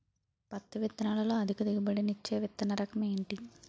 పత్తి విత్తనాలతో అధిక దిగుబడి నిచ్చే విత్తన రకం ఏంటి?